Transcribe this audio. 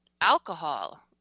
alcohol